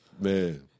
Man